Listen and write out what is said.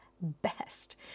best